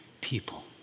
people